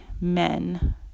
men